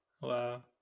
wow